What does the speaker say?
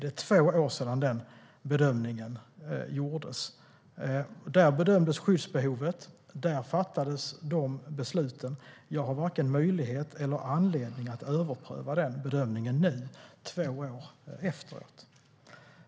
Det är två år sedan den bedömningen gjordes. Där bedömdes skyddsbehovet. Där fattades de besluten. Jag har varken möjlighet eller anledning att överpröva den bedömningen nu, två år efteråt.